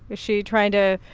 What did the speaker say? is she trying to